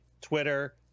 twitter